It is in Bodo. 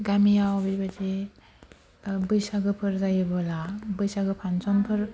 गामियाव बेबादि बैसागोफोर जायोबोला बैसागो फांसनफोर